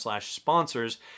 sponsors